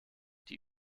die